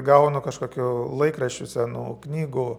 gaunu kažkokių laikraščių senų knygų